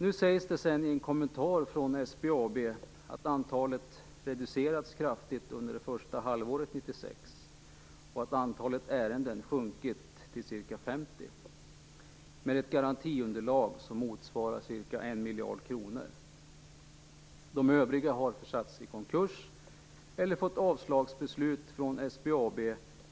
Det sägs i en kommentar från SBAB att antalet har reducerats kraftigt under det första halvåret 1996 och att antalet ärenden sjunkit till ca 50, med ett garantiunderlag som motsvarar ca 1 miljard kronor. De övriga har satts i konkurs eller fått avslagsbeslut från SBAB,